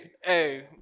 Hey